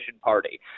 party